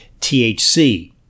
THC